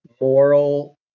moral